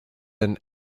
and